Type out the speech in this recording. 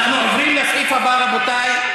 אנחנו עוברים לסעיף הבא, רבותי: